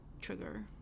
trigger